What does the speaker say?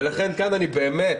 ולכן כאן אני באמת